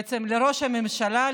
בעצם לראש הממשלה,